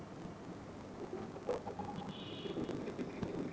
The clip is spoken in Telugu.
ఫిక్స్ డ్ డిపాజిట్ వల్ల లాభాలు ఉన్నాయి?